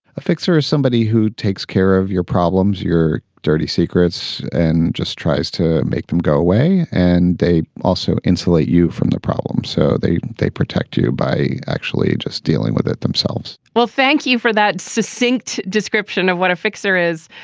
a fixer, somebody who takes care of your problems, your dirty secrets, and just tries to make them go away and they also insulate you from the problems so they they protect you by actually just dealing with it themselves well, thank you for that succinct description of what a fixer is.